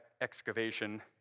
excavation